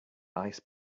ice